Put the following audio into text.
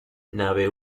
nave